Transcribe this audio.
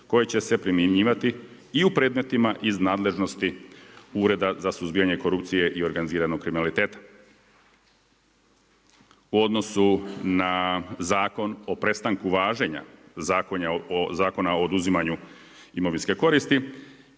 koje će se primjenjivati i u predmetima iz nadležnosti Ureda za suzbijanje korupcije i organiziranog kriminaliteta. U odnosu na Zakon o prestanku važenja Zakona o oduzimanju imovinske koristi